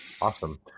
Awesome